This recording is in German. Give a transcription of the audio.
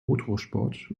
motorsport